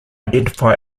identify